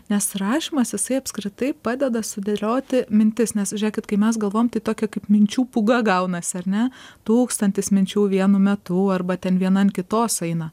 nes rašymas jisai apskritai padeda sudėlioti mintis nes žėkit kai mes galvojam tai tokia kaip minčių pūga gaunas ar ne tūkstantis minčių vienu metu arba ten viena ant kitos eina